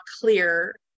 clear